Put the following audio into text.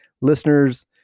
listeners